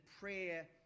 prayer